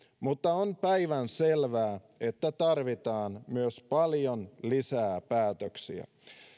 mutta on päivänselvää että tarvitaan myös paljon lisää päätöksiä